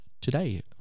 today